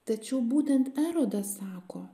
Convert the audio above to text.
tačiau būtent erodas sako